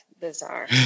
Bizarre